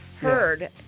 Heard